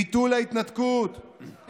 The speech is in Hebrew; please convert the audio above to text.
ביטול ההתנתקות,